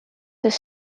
his